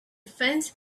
fence